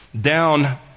down